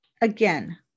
again